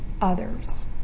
others